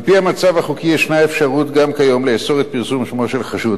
על-פי המצב החוקי ישנה אפשרות גם כיום לאסור את פרסום שמו של חשוד.